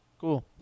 cool